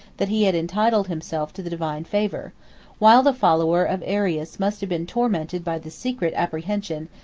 that he had entitled himself to the divine favor while the follower of arius must have been tormented by the secret apprehension,